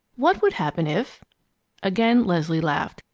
what would happen if again leslie laughed.